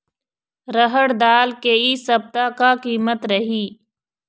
रहड़ दाल के इ सप्ता का कीमत रही?